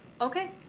okay.